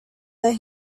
that